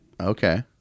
Okay